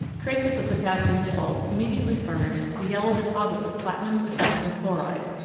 traces of potassium salts immediately furnish the yellow deposit of platinum potassium chloride,